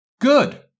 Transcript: Good